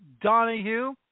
Donahue